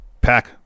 Pack